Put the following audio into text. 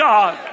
God